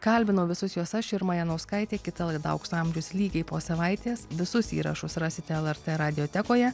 kalbinau visus juos aš irma janauskaitė kita laida aukso amžius lygiai po savaitės visus įrašus rasite lrt radiotekoje